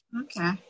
Okay